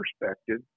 perspective